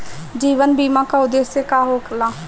जीवन बीमा का उदेस्य का होला?